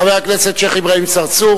חבר הכנסת שיח' אברהים צרצור.